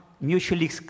mutually